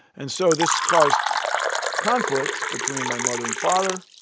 and so this caused conflict between my mother and father,